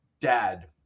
dad